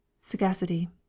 Sagacity